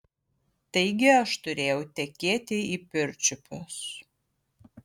taigi aš turėjau tekėti į pirčiupius